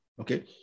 okay